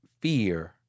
fear